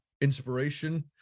inspiration